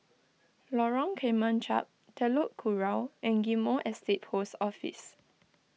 Lorong Kemunchup Telok Kurau and Ghim Moh Estate Post Office